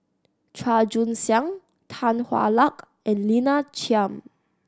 Chua Joon Siang Tan Hwa Luck and Lina Chiam